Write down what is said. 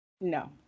no